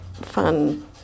fun